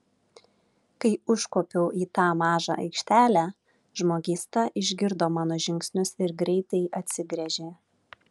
kai užkopiau į tą mažą aikštelę žmogysta išgirdo mano žingsnius ir greitai atsigręžė